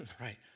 right